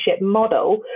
model